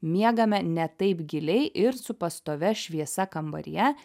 miegame ne taip giliai ir su pastovia šviesa kambaryje